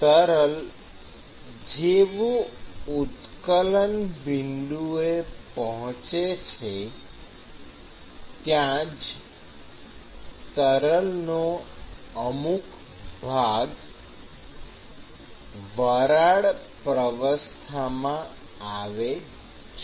તરલ જેવુ ઉત્કલન બિંદુ એ પહોંચે છે ત્યાં જ તરલનો અમુક ભાગ વરાળ પ્રાવસ્થામાં આવે છે